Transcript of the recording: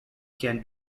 can